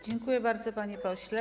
Dziękuję bardzo, panie pośle.